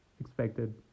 expected